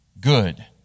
good